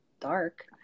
dark